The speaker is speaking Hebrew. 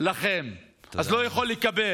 לכם אז לא יכול לקבל.